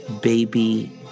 baby